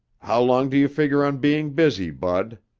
how long do you figure on being busy, bud?